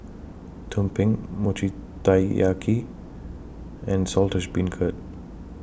Tumpeng Mochi Taiyaki and Saltish Beancurd